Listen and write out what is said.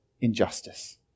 injustice